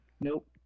nope